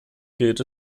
gilt